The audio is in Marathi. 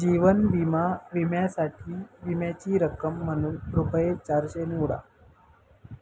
जीवन विमा विम्यासाठी विम्याची रक्कम म्हणून रुपये चारशे निवडा